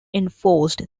enforced